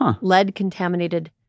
lead-contaminated